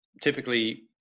Typically